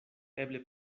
eble